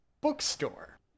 bookstore